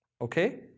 Okay